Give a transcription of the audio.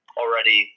already